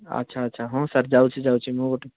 ଆଚ୍ଛା ଆଚ୍ଛା ହଁ ସାର ଯାଉଛି ଯାଉଛି ମୁଁ ଗୋଟେ